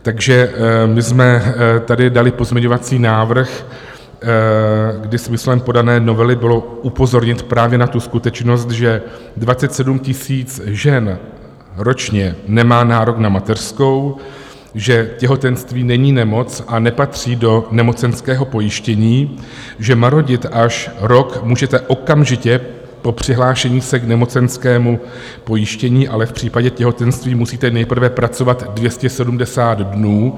Takže my jsme tady dali pozměňovací návrh, kdy smyslem podané novely bylo upozornit právě na tu skutečnost, že 27 000 žen ročně nemá nárok na mateřskou, že těhotenství není nemoc a nepatří do nemocenského pojištění, že marodit až rok můžete okamžitě po přihlášení se k nemocenskému pojištění, ale v případě těhotenství musíte nejprve pracovat 270 dnů.